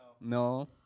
no